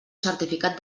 certificat